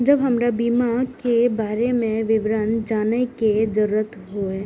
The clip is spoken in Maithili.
जब हमरा बीमा के बारे में विवरण जाने के जरूरत हुए?